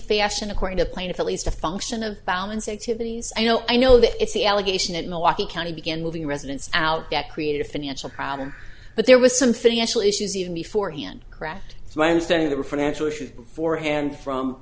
fashion according to plaintiff at least a function of balance activities i know i know that it's the allegation that milwaukee county began moving residents out that created a financial problem but there was something actually issues even before he and kraft it's my understanding that the financial issues beforehand from